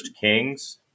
Kings